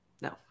no